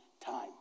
time